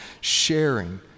sharing